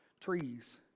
trees